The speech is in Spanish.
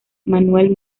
manuel